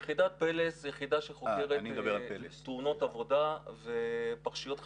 יחידת 'פלס' זו יחידה שחוקרת תאונות עבודה ופרשיות חשיפה,